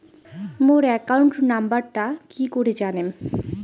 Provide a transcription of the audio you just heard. মোর account নাম্বারটা কি করি জানিম?